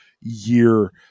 year